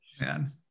man